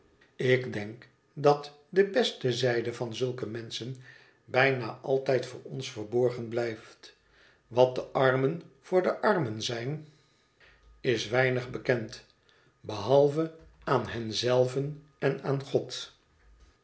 ik denk dat de beste zijde van zulke menschen bijna altijd voor ons verborgen blijft wat de armen voor de armen zijn is weinig bekend behalve aan hen zelven en aan god